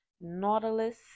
Nautilus